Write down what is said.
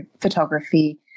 photography